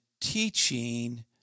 teaching